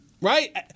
Right